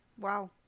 Wow